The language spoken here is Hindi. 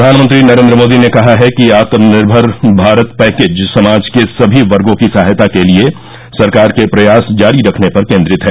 प्रधानमंत्री नरेन्द्र मोदी ने कहा है कि आत्मनिर्भर भारत पैकेज समाज के सभी वर्गो की सहायता के लिए सरकार के प्रयास जारी रखने पर केन्द्रित है